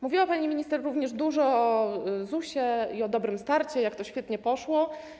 Mówiła pani minister również dużo o ZUS-ie i o „Dobrym starcie”, o tym, jak to świetnie poszło.